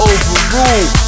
Overrule